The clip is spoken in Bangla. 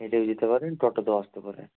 হেঁটে যেতে পারেন টোটোতেও আসতে পারেন